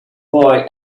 boy